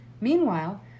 Meanwhile